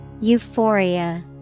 Euphoria